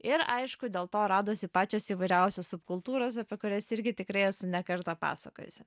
ir aišku dėl to radosi pačios įvairiausios subkultūros apie kurias irgi tikrai esu ne kartą pasakojusi